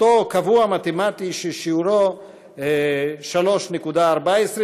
אותו קבוע מתמטי ששיעורו 3.14 בקירוב,